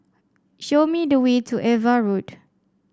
show me the way to Ava Road